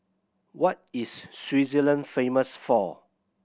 what is Swaziland famous for